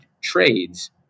trades